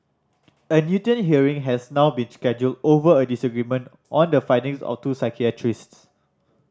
a Newton hearing has now been scheduled over a disagreement on the findings of two psychiatrists